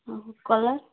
color